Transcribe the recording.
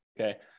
okay